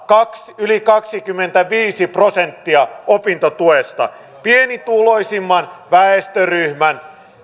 yli kaksikymmentäviisi prosenttia opintotuesta pienituloisimman väestöryhmän